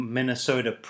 Minnesota